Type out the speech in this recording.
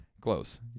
Close